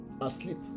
asleep